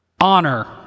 honor